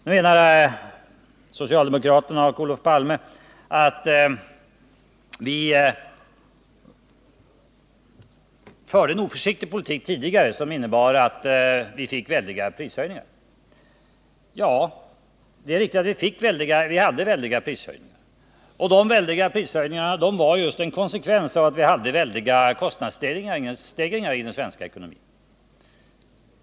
Nu menar socialdemokraterna och Olof Palme att vi förde en oförsiktig politik tidigare, som innebar att vi fick väldiga prishöjningar. Ja, det är riktigt att vi hade väldiga prishöjningar, och de väldiga prishöjningarna var just en konsekvens av att vi hade väldiga kostnadsstegringar i den svenska ekonomin.